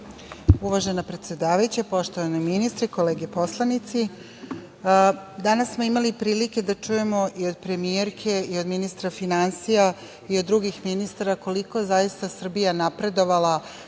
Uvažena predsedavajuća, poštovani ministri, kolege poslanici, danas smo imali prilike da čujemo i od premijerke i od ministra finansija i od drugih ministara koliko je zaista Srbija napredovala